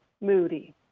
Moody